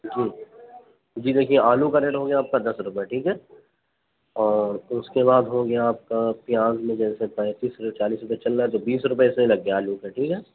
جی جی دیکھیے آلو کا ریٹ ہو گیا آپ کا دس روپئے ٹھیک ہے اور اُس کے بعد ہو گیا آپ کا پیاز میں جیسے پینتس سے چالیس روپیہ چل رہا ہے تو بیس روپیے سے لگ گیا آلو کا ٹھیک ہے